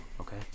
okay